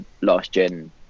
last-gen